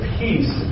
peace